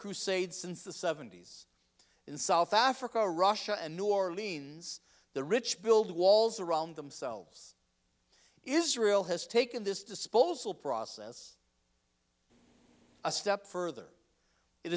crusade since the seventy's in south africa russia and new orleans the rich build walls around themselves israel has taken this disposal process a step further